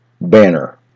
banner